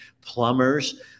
plumbers